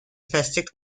befestigt